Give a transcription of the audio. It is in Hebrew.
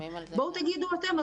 בואו תגידו אתם.